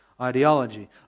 ideology